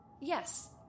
Yes